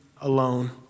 alone